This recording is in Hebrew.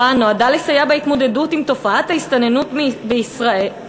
נועדה לסייע בהתמודדות עם תופעת ההסתננות לישראל”,